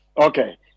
okay